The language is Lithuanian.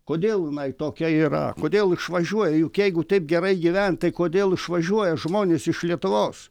kodėl jinai tokia yra kodėl išvažiuoja juk jeigu taip gerai gyvent tai kodėl išvažiuoja žmonės iš lietuvos